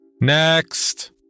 Next